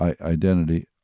identity